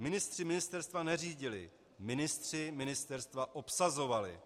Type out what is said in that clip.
Ministři ministerstva neřídili, ministři ministerstva obsazovali.